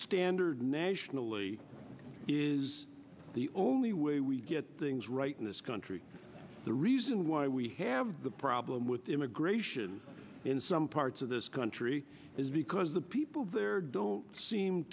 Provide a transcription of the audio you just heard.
standard nationally is the only way we get things right in this country the reason why we have the problem with immigration in some parts of this country is because the people there don't seem